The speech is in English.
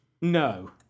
No